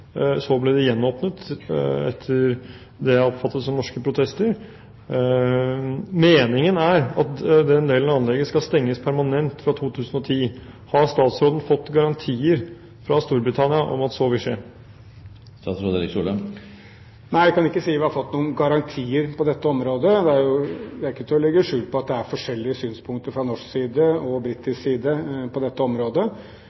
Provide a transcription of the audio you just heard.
Så ble det gjenåpnet, etter det som jeg oppfatter som norske protester. Meningen er at den delen av anlegget skal stenges permanent fra 2010. Har statsråden fått garantier fra Storbritannia om at så vil skje? Jeg kan ikke si at vi har fått noen garantier på dette området. Det er ikke til å legge skjul på at det er forskjellige synspunkter fra norsk og britisk side